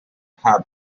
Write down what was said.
have